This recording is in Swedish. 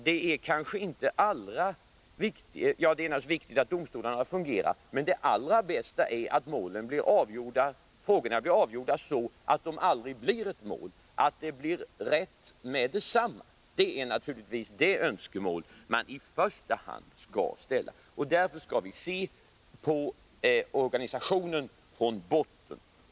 Det är naturligtvis viktigt att domstolarna fungerar, men det allra bästa är att frågorna blir avgjorda så, att de aldrig blir ett mål. Att det skall bli rätt med detsamma är naturligtvis det önskemål man i första hand skall ha. Därför skall vi studera organisationen från botten.